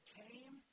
came